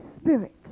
spirit